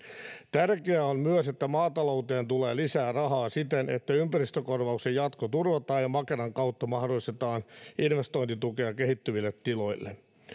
tärkeää on myös että maatalouteen tulee lisää rahaa siten että ympäristökorvauksen jatko turvataan ja makeran kautta mahdollistetaan investointituki kehittyville tiloille